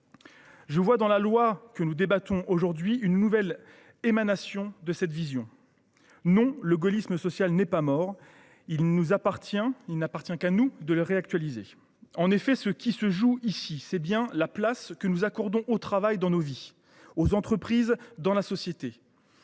le projet de loi dont nous débattons aujourd’hui, je vois une nouvelle émanation de cette vision. Non, le gaullisme social n’est pas mort : il n’appartient qu’à nous de le réactualiser. Ce qui se joue ici, c’est bien la place que nous accordons au travail dans nos vies et aux entreprises dans la société.